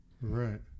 right